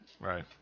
right